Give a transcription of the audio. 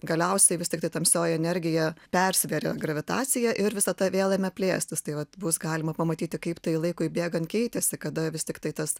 galiausiai vis tiktai tamsioji energija persvėrė gravitaciją ir visata vėl ėmė plėstis tai vat bus galima pamatyti kaip tai laikui bėgant keitėsi kada vis tiktai tas